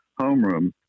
homeroom